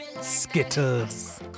Skittles